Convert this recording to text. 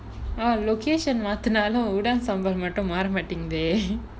oh location மாத்துனாலும்:maathunaalum udang sambal மட்டும் மாற மாட்டிங்குதே:mattum maara maatinguthae